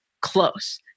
close